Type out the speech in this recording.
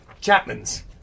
Chapman's